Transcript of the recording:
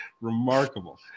remarkable